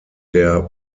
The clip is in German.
der